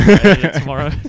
tomorrow